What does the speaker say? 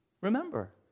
remember